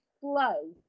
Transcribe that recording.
slow